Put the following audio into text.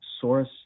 source